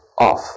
off